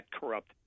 corrupt